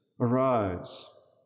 arise